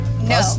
No